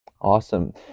Awesome